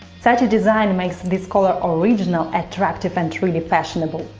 such a design makes this collar original, attractive and really fashionable.